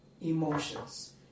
emotions